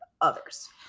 others